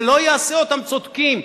זה לא יעשה אותם צודקים.